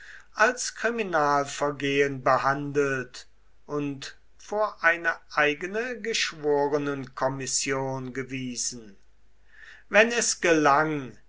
als kriminalvergehen behandelt und vor eine eigene geschworenenkommission gewiesen wenn es gelang